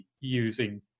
using